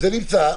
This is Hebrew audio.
זה נמצא.